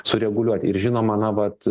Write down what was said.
sureguliuoti ir žinoma na vat